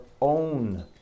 own